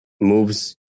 moves